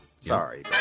Sorry